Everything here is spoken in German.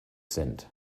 sind